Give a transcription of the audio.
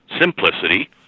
simplicity